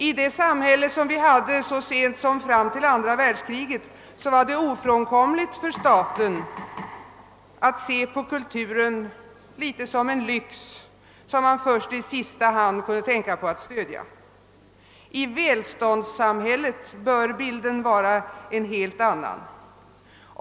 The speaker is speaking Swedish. I det samhälle som vi hade så sent som fram till andra världskriget var det ofrånkomligt för staten att se på kulturen som något av en lyx, som man först i sista hand kunde tänka på att stödja. I välståndssamhället bör bilden vara en helt annan.